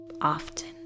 often